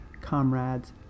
comrades